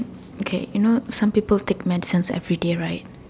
okay you know some people take medicine everyday right